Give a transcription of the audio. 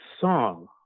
song